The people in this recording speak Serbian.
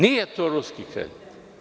Nije to ruski kredit.